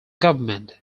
government